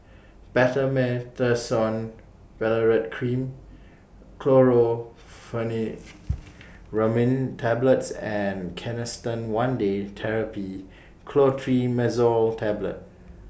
Betamethasone Valerate Cream Chlorpheniramine Tablets and Canesten one Day Therapy Clotrimazole Tablet